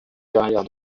carrière